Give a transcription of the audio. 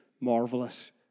marvelous